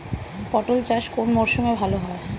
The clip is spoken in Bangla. পটল চাষ কোন মরশুমে ভাল হয়?